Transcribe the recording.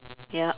ya